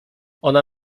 ona